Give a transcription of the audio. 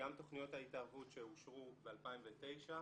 גם תוכניות ההתערבות שאושרו ב-2009,